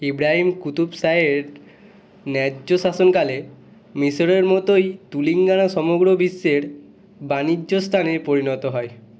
ইব্রাহিম কুতুব শাহের ন্যায্য শাসনকালে মিশরের মতোই তুলিঙ্গানা সমগ্র বিশ্বের বাণিজ্যস্থানে পরিণত হয়